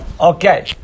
Okay